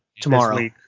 tomorrow